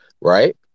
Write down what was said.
right